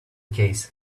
case